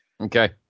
Okay